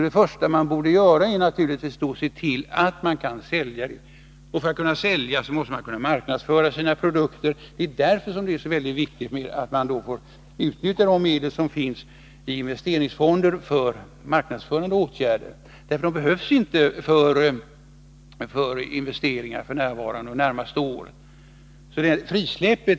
Det första vi borde göra är därför naturligtvis att se till att vi kan sälja varorna — och för att kunna sälja måste man kunna marknadsföra sina produkter. Det är därför som det är så oerhört viktigt att de medel som finns i investeringsfonden får utnyttjas för marknadsförande åtgärder. Medlen behövs ju inte för investeringar, varken f.n. eller under de närmaste åren.